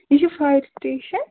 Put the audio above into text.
یہِ چھُ fire station